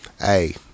Hey